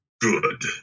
good